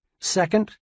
second